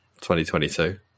2022